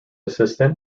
assistant